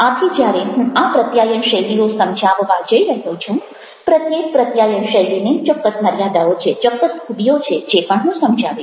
આથી જ્યારે હું આ પ્રત્યાયન શૈલીઓ સમજાવવા જઈ રહ્યો છું પ્રત્યેક પ્રત્યાયન શૈલીને ચોક્કસ મર્યાદાઓ છે ચોક્કસ ખૂબીઓ છે જે પણ હું જણાવીશ